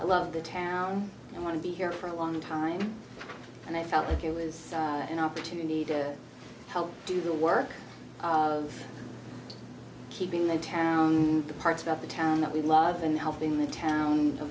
i love the town i want to be here for a long time and i felt like it was an opportunity to help do the work of keeping the town and the parts about the town that we love and helping the town